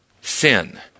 sin